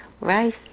right